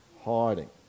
hiding